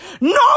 No